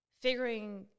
figuring